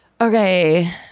okay